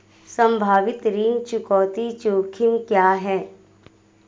संभावित ऋण चुकौती जोखिम क्या हैं?